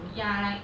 ya like